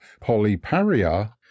Polyparia